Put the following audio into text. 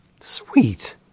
Sweet